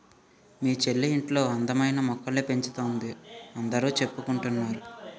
మీ చెల్లి ఇంట్లో అందమైన మొక్కల్ని పెంచుతోందని అందరూ చెప్పుకుంటున్నారు